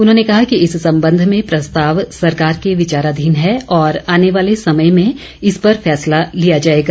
उन्होंने कहा कि इस संबंध में प्रस्ताव सरकार के विचाराधीन है और आने वाले समय में इस पर फैसला लिया जाएगा